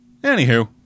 Anywho